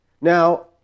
Now